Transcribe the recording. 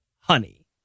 Honey